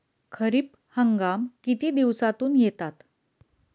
खरीप हंगाम किती दिवसातून येतात?